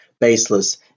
baseless